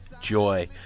Joy